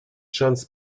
шанс